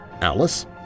Alice